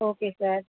okay sir